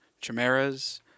chimeras